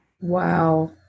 Wow